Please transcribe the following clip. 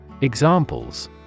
Examples